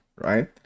Right